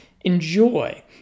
enjoy